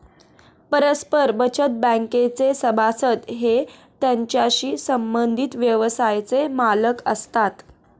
परस्पर बचत बँकेचे सभासद हे त्याच्याशी संबंधित व्यवसायाचे मालक असतात